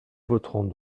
voterons